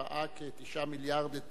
9 מיליארד את